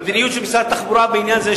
המדיניות של משרד התחבורה בעניין זה,